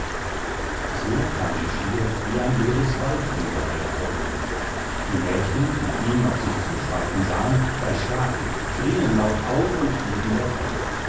so kam er schier wie ein wildes waldungeheuer hervor die mädchen die ihn auf sich zuschreiten sahen erschraken schrieen laut auf und liefen davon